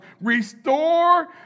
restore